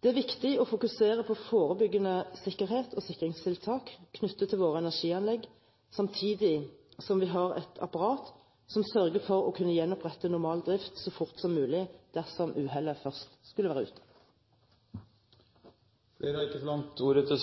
Det er viktig å fokusere på forebyggende sikkerhet og sikringstiltak knyttet til våre energianlegg, samtidig som vi har et apparat som sørger for å kunne gjenopprette normal drift så fort som mulig dersom uhellet først skulle være ute. Flere har ikke bedt om ordet til